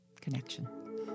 connection